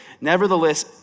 nevertheless